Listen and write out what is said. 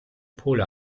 pole